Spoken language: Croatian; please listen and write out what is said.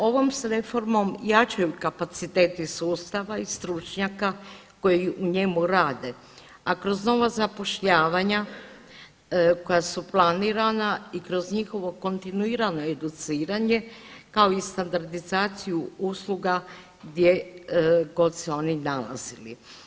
Ovom se reformom jačaju kapaciteti sustava i stručnjaka koji u njemu rade, a kroz novo zapošljavanja koja su planirana i kroz njihovo kontinuirano educiranje kao i standardizaciju usluga gdje god se oni nalazili.